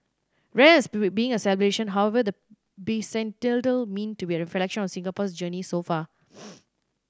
rather than being a celebration however the bicentennial meant to be a reflection on Singapore's journey so far